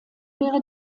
wäre